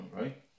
right